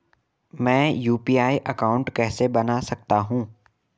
मैं UPI account कैसे बना सकता हूं?